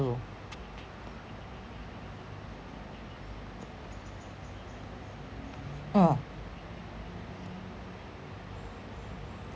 do mm